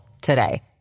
today